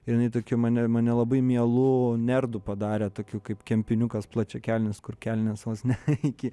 jinai tokiu mane mane labai mielu nerdu padarė tokiu kaip kempiniukas plačiakelnis kur kelnės vos ne iki